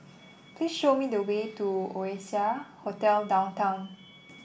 please show me the way to Oasia Hotel Downtown